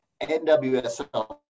NWSL